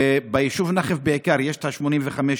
ביישוב נחף בעיקר יש את 85,